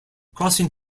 crossing